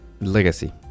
Legacy